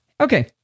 Okay